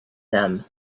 them